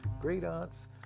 great-aunts